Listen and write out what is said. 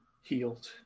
healed